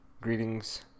Greetings